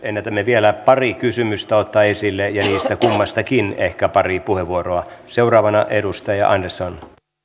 ennätämme vielä pari kysymystä ottaa esille ja niistä kummastakin ehkä pari puheenvuoroa seuraavana edustaja andersson